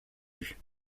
vue